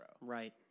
Right